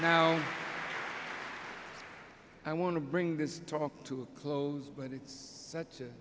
now i want to bring this talk to a close but it's such a